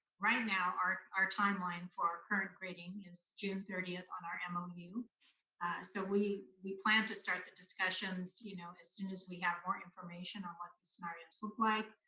right now, our our timeline for our current grading is june thirtieth on our and um mou, so we we plan to start the discussions you know as soon as we have more information on what the scenarios look like,